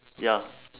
ya